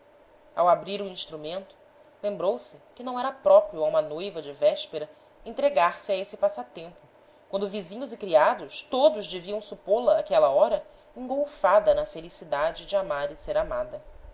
ao abrir o instrumento lembrou-se que não era próprio a uma noiva de véspera entregar-se a esse passatempo quando vizinhos e criados todos deviam supô la àquela hora engolfada na felicidade de amar e ser amada